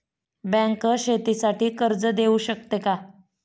Bank शेतीसाठी कर्ज देऊ शकते का?